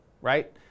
right